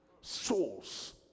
Souls